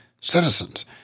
citizens